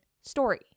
story